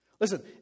Listen